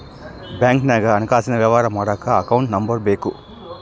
ಬ್ಯಾಂಕ್ನಾಗ ಹಣಕಾಸಿನ ವ್ಯವಹಾರ ಮಾಡಕ ಅಕೌಂಟ್ ನಂಬರ್ ಬೇಕು